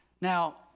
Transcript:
Now